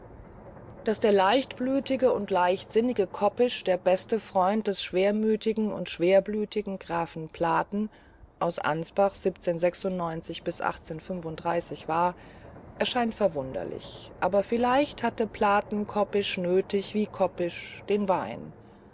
daß der leichtblütige und leichtsinnige kopisch der beste freund des schwermütigen und schwerblütigen grafen platen aus war mag nachdenklich stimmen aber vielleicht hatte platen kopisch nötig wie kopisch den wein